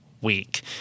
week